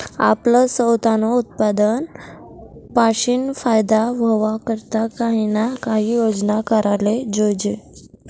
आपलं सवतानं उत्पन्न पाशीन फायदा व्हवा करता काही ना काही योजना कराले जोयजे